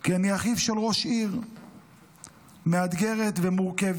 כי אני אחיו של ראש עיר מאתגרת ומורכבת,